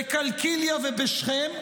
בקלקיליה ובשכם,